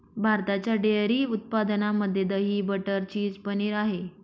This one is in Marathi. भारताच्या डेअरी उत्पादनामध्ये दही, बटर, चीज, पनीर आहे